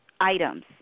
items